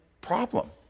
problem